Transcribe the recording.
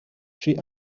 she